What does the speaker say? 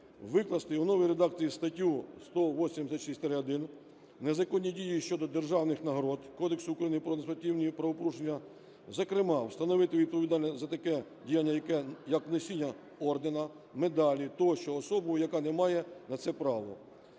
викласти у новій редакції статтю 186-1 "Незаконні дії щодо державних нагород" Кодексу України про адміністративні правопорушення, зокрема встановити відповідальність за таке діяння, як носіння ордену, медалі тощо особою, яка не має на це права.